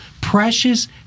precious